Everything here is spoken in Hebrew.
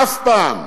אף פעם,